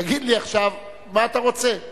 תגיד לי עכשיו מה אתה רוצה,